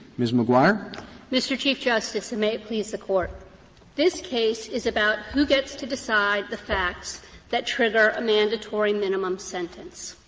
ms. maguire. maguire mr. chief justice, and may it please the court this case is about who gets to decide the facts that trigger a mandatory minimum sentence.